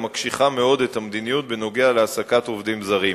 המקשיחה מאוד את המדיניות בנוגע להעסקת עובדים זרים.